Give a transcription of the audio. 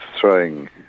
throwing